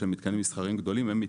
אנחנו,